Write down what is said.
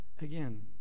again